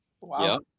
Wow